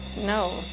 No